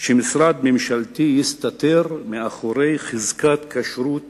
האפשרות שמשרד ממשלתי יסתתר מאחורי חזקת כשרות